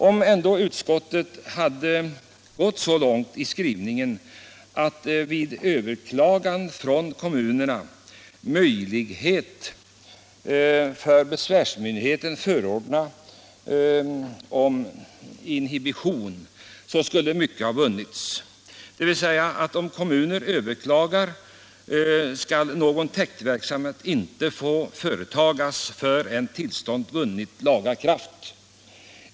Om utskottet hade gått så långt i skrivningen att man hade förordat att besvärsmyndigheten vid ett överklagande från en kommun borde förordna om inhibition skulle mycket ha vunnits. Om en kommun överklagade ett beslut om tillståndsgivning skulle alltså någon täktverksamhet inte få förekomma förrän beslutet vunnit laga kraft.